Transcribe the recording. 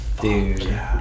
Dude